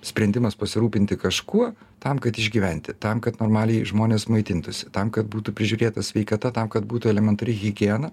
sprendimas pasirūpinti kažkuo tam kad išgyventi tam kad normaliai žmonės maitintųsi tam kad būtų prižiūrėta sveikata tam kad būtų elementari higiena